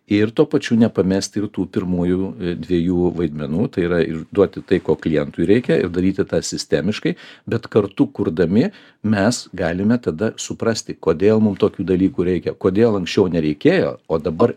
ir tuo pačiu nepamesti ir tų pirmųjų dviejų vaidmenų tai yra ir duoti tai ko klientui reikia ir daryti tą sistemiškai bet kartu kurdami mes galime tada suprasti kodėl mum tokių dalykų reikia kodėl anksčiau nereikėjo o dabar